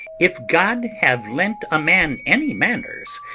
if god have lent a man any manners,